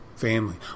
Family